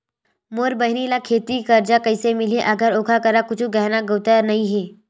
मोर बहिनी ला खेती बार कर्जा कइसे मिलहि, अगर ओकर करा कुछु गहना गउतरा नइ हे?